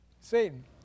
Satan